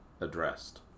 addressed